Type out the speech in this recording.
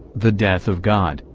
the death of god,